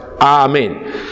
Amen